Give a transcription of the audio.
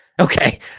Okay